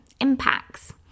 impacts